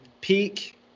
peak